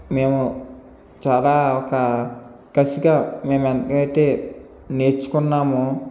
మేము చాలా ఒక కసిగా మేమెంతైతే నేర్చుకున్నామో